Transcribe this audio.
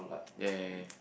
yea